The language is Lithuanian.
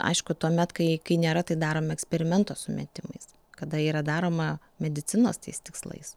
aišku tuomet kai kai nėra tai daroma eksperimento sumetimais kada yra daroma medicinos tais tikslais